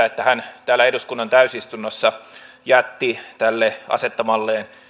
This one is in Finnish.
että hän täällä eduskunnan täysistunnossa jätti tälle asettamalleen